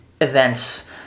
events